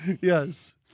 Yes